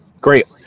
great